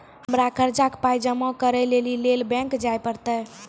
हमरा कर्जक पाय जमा करै लेली लेल बैंक जाए परतै?